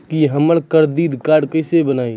की हमर credit card केसे बनिये?